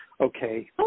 okay